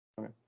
okay